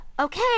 Okay